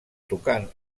tocant